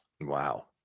wow